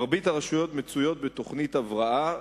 מרבית הרשויות הן בתוכנית הבראה,